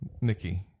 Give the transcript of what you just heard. Nikki